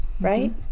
Right